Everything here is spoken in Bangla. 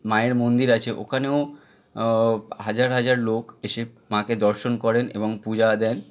মায়ের মন্দির আছে ওখানেও হাজার হাজার লোক এসে মাকে দর্শন করেন এবং পূজা দেন